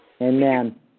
Amen